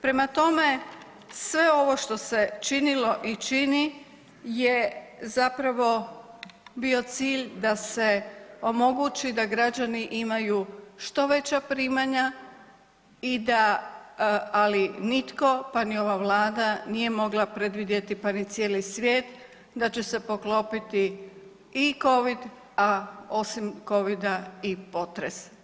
Prema tome sve ovo što se činilo i čini je zapravo bio cilj da se omogući da građani imaju što veća primanja i da ali nitko pa ni ova Vlada nije mogla predvidjeti pa ni cijeli svijet da će se poklopiti i covid, a osim covida i potres.